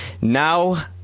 Now